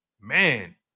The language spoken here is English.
man